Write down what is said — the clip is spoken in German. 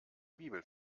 bibel